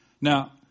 Now